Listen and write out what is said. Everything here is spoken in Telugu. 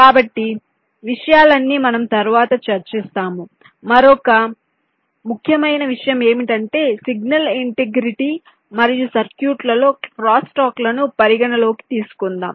కాబట్టి ఈ విషయాలన్నీ మనం తరువాత చర్చిస్తాము మరియు మరొక ముఖ్యమైన విషయం ఏమిటంటే సిగ్నల్ ఇంటెగ్రిటీ మరియు సర్క్యూట్లలో క్రాస్స్టాక్లను పరిగణనలోకి తీసుకుందాం